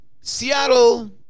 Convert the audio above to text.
Seattle